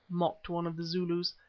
mocked one of the zulus.